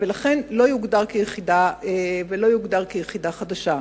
ולכן זה לא יוגדר כיחידה ולא יוגדר כיחידה חדשה.